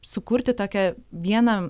sukurti tokią vieną